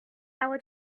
our